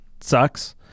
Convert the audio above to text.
sucks